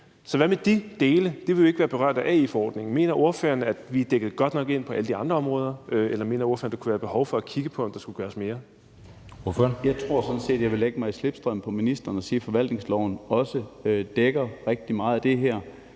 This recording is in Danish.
Så hvad med de dele? For det vil jo ikke være berørt af AI-forordningen. Mener ordføreren, at vi er dækket godt nok ind på alle de andre områder? Eller mener ordføreren, at der kunne være et behov for at kigge på, om der skulle gøres mere? Kl. 12:10 Anden næstformand (Jeppe Søe): Ordføreren. Kl. 12:10 Malte Larsen (S): Jeg tror sådan set, jeg vil lægge mig i slipstrømmen på ministeren og sige, at forvaltningsloven også dækker rigtig meget af det her.